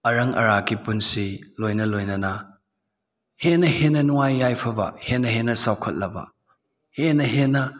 ꯑꯔꯪ ꯑꯔꯥꯛꯀꯤ ꯄꯨꯟꯁꯤ ꯂꯣꯏꯅ ꯂꯣꯏꯅꯅ ꯍꯦꯟꯅ ꯍꯦꯟꯅ ꯅꯨꯡꯉꯥꯏ ꯌꯥꯏꯐꯕ ꯍꯦꯟꯅ ꯍꯦꯟꯅ ꯆꯥꯎꯈꯠꯂꯕ ꯍꯦꯟꯅ ꯍꯦꯟꯅ